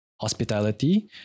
hospitality